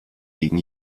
gegen